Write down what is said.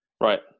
right